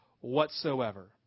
whatsoever